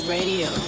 Radio